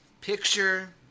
picture